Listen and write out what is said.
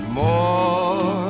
more